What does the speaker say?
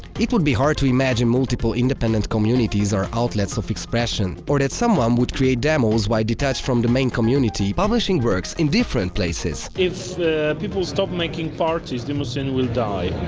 be hard to imagine multiple, independent communities or outlets of expression or that someone would create demos while detached from the main community, publishing works in different places. if people stop making parties, demoscene will die.